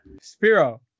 Spiro